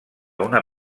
una